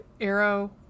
arrow